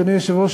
אדוני היושב-ראש,